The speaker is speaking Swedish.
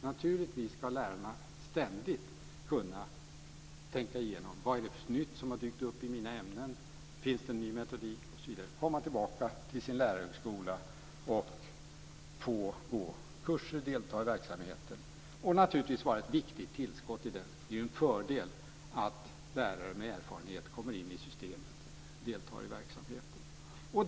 Naturligtvis ska lärarna ständigt kunna tänka igenom vad nytt som har dykt upp i de egna ämnena, i form av ny metodik osv., komma tillbaka till sin lärarhögskola, gå på kurser, delta i verksamheten och naturligtvis vara ett viktigt tillskott till den. Det är ju en fördel att lärare med erfarenhet kommer in i systemet och deltar i verksamheter.